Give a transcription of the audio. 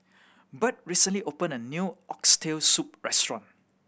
Birt recently opened a new Oxtail Soup restaurant